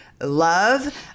love